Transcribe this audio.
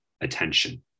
attention